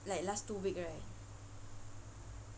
like last two week right